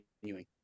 continuing